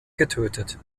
getötet